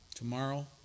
Tomorrow